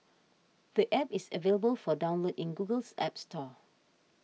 the App is available for download in Google's App Store